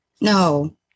No